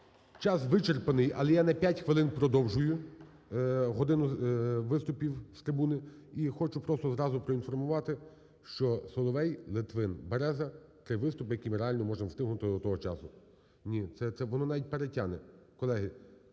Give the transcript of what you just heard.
Час вичерпаний. Але я на 5 хвилин продовжую годину виступів з трибуни. І хочу просто зразу проінформувати, що Соловей, Литвин, Береза – три виступи, які ми реально можемо встигнути до того часу. Ні. Це… Воно навіть перетягне.